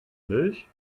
milch